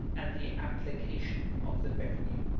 and the application, of the revenue.